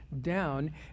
down